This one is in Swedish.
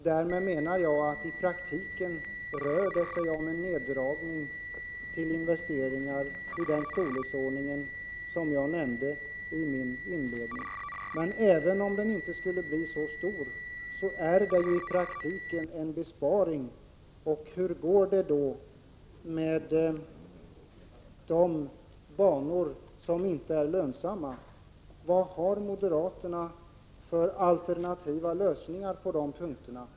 Därmed menar jag att det i praktiken rör sig om en neddragning av investeringarna till den storleksordning jag nämnde i min inledning. Och även om den inte skulle bli så stor är den i praktiken en besparing. Hur går det då med de banor som inte är lönsamma? Vilka alternativa lösningar har moderaterna på dessa punkter?